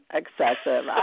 excessive